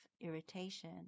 irritation